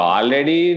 Already